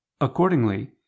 accordingly